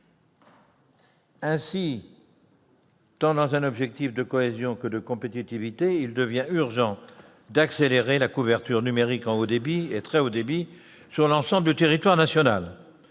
Ainsi, dans un objectif tant de cohésion que de compétitivité, il devient urgent d'accélérer la couverture numérique en haut débit et très haut débit sur l'ensemble du territoire national.